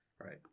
Right